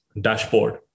dashboard